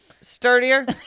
sturdier